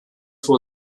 vor